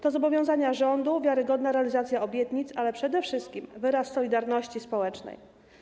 To zobowiązania rządu, wiarygodna realizacja obietnic, ale przede wszystkim wyraz solidarności społecznej.